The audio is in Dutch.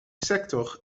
sector